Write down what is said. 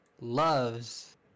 loves